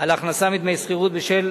על הכנסה מדמי שכירות בשל